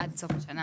סוף השנה?